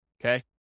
Okay